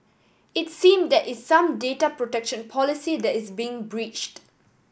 it seem that is some data protection policy that is being breached